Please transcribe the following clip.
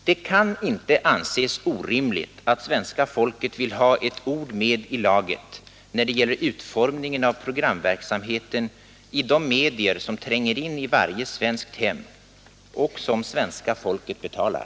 Det kan inte anses orimligt att svenska folket vill ha ett ord med i laget när det gäller utformningen av programverksamheten i de medier som tränger in i varje svenskt hem och som svenska folket betalar.